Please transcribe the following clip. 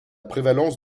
prévalence